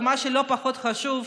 ומה שלא פחות חשוב,